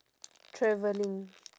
travelling